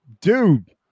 Dude